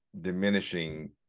diminishing